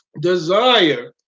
desire